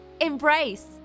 embrace